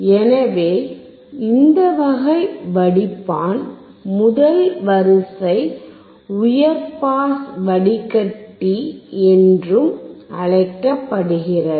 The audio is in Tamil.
எனவே இந்த வகை வடிப்பான் முதல் வரிசை உயர் பாஸ் வடிகட்டி என்றும் அழைக்கப்படுகிறது